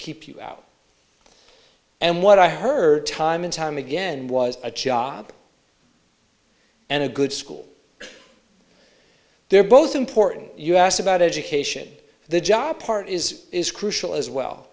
keep you out and what i heard time and time again was a job and a good school they're both important us about education the job part is is crucial as well